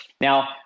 Now